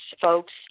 folks